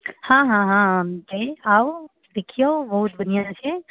हँ हँ हँ आउ देखिऔ बहुत बढ़िआँ छै